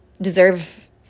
deserve